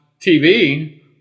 TV